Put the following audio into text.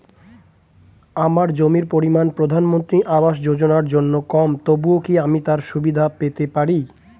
আমার জমির পরিমাণ প্রধানমন্ত্রী আবাস যোজনার জন্য কম তবুও কি আমি তার সুবিধা পেতে পারি?